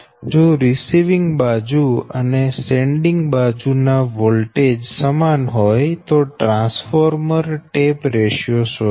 જો રિસીવિંગ બાજુ અને સેન્ડીંગ બાજુ ના વોલ્ટેજ સમાન હોય તો ટ્રાન્સફોર્મર ટેપ રેશિયો શોધો